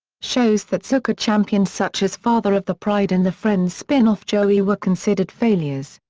shows that zucker championed such as father of the pride and the friends spinoff joey were considered failures.